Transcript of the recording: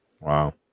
Wow